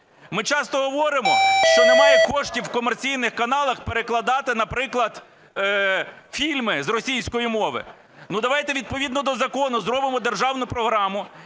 Ми часто говоримо, що немає коштів на комерційних каналах перекладати, наприклад, фільми з російської мови. Давайте відповідно до закону зробимо державну програму